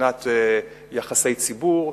מבחינת יחסי ציבור,